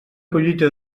collita